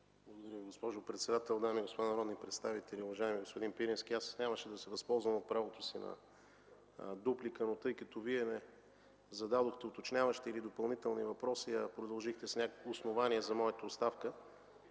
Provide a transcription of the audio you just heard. Благодаря Ви, госпожо председател. Дами и господа народни представители! Уважаеми господин Пирински, нямаше да се възползвам от правото си на дуплика, но тъй като Вие не зададохте уточняващи или допълнителни въпроси, а продължихте с някакви основания за моята оставка,